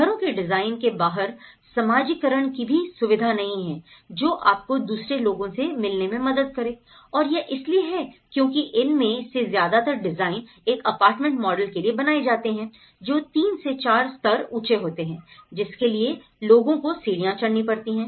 घरों के डिज़ाइन के बाहर समाजीकरण की भी सुविधा नहीं है जो आपको दूसरे लोगों से मिलने में मदद करें और यह इसलिए है क्योंकि इनमें से ज्यादातर डिज़ाइन एक अपार्टमेंट मॉडल के लिए बनाए जाते हैं जो तीन से चार स्तर ऊँचे होते हैं जिसके लिए लोगों को सीढ़ियों चढ़णी पड़ती हैं